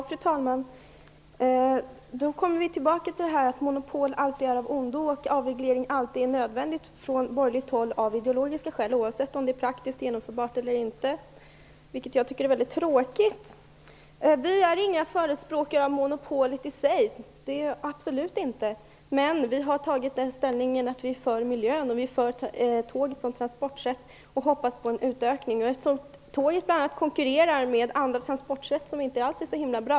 Fru talman! Vi kommer ännu en gång tillbaka till att monopol alltid är av ondo och att avreglering alltid anses nödvändig på borgerligt håll, av ideologiska skäl, oavsett om det är praktiskt genomförbart eller inte. Jag tycker att det är mycket tråkigt. Vi är absolut inte några förespråkare av monopolet som sådant, men vi har intagit den ställningen att vi är för miljön och för järnvägstrafik som transportsätt, och vi hoppas på en utökning av den. Tåg konkurrerar bl.a. med andra transportsätt som inte alls är så bra.